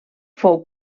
fou